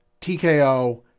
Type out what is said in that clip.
TKO